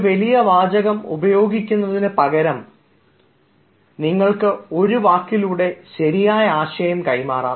ഒരു വലിയ വാചകം ഉപയോഗിക്കുന്നതിനുപകരം നിങ്ങൾക്ക് ഒരു ഒരു വാക്കിലൂടെ ശരിയായ ആശയം കൈമാറാം